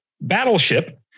Battleship